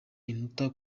inota